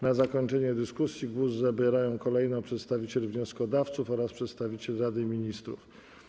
Na zakończenie dyskusji głos zabierają kolejno przedstawiciel wnioskodawców oraz przedstawiciel Rady Ministrów.